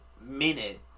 minute